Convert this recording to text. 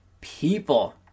people